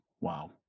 Wow